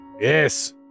Yes